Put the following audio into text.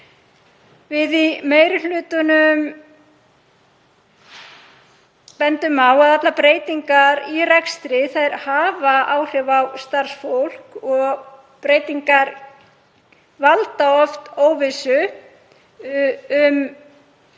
Við í meiri hlutanum bendum á að allar breytingar í rekstri hafa áhrif á starfsfólk og breytingar valda oft óvissu um störf